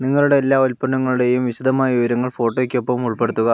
നിങ്ങളുടെ എല്ലാ ഉൽപ്പന്നങ്ങളുടെയും വിശദമായ വിവരങ്ങൾ ഫോട്ടോയ്ക്കൊപ്പം ഉൾപ്പെടുത്തുക